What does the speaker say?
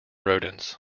rodents